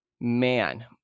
man